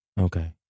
Okay